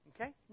Okay